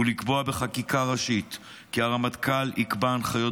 ולקבוע בחקיקה ראשית כי הרמטכ"ל יקבע הנחיות